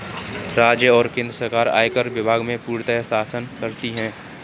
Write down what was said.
राज्य और केन्द्र सरकार आयकर विभाग में पूर्णतयः शासन करती हैं